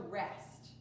rest